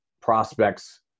prospects